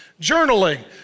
Journaling